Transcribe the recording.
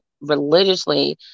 religiously